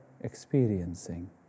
experiencing